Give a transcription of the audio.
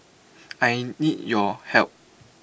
I need your help